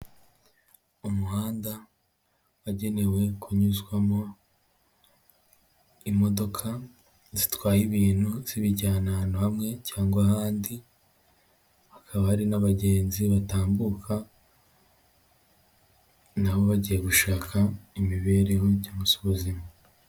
Umuhanda wagenewe kunyuzwamo imodoka zitwaye ibintu zibijyana ahantu hamwe cyangwa ahandi, hakaba hari n'abagenzi batambuka na bo bagiye gushaka imibereho cyangwa se ubuzima.